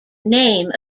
name